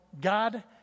God